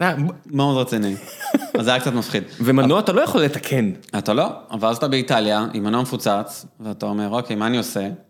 מה הוא רציני, זה היה קצת מפחיד. ומנוע אתה לא יכול לתקן. אתה לא, ואז אתה באיטליה עם מנוע מפוצץ, ואתה אומר, אוקיי, מה אני עושה?